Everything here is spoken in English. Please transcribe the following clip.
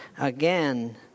again